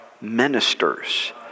ministers